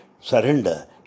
surrender